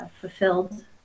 fulfilled